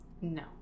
No